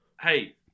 hey